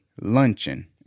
luncheon